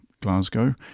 Glasgow